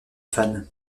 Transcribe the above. fans